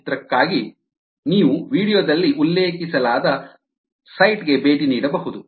ಚಿತ್ರಕ್ಕಾಗಿ ನೀವು ವೀಡಿಯೊ ದಲ್ಲಿ ಉಲ್ಲೇಖಿಸಲಾದ ಸೈಟ್ ಗೆ ಭೇಟಿ ನೀಡಬಹುದು